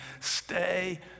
stay